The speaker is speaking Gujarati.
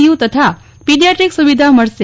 યુ તથા પીડીયાટ્રીક સુવિધા મળશે